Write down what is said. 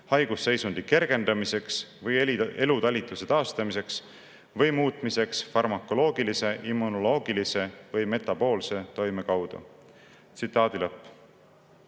haigusseisundi kergendamiseks või elutalitluse taastamiseks või muutmiseks farmakoloogilise, immunoloogilise või metaboolse toime kaudu."Ja